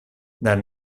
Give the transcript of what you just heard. than